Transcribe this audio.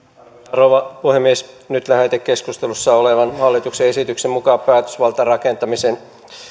rouva puhemies nyt lähetekeskustelussa olevan hallituksen esityksen mukaan päätösvalta rakentamisen